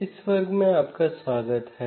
इस मॉड्यूल में आपका स्वागत है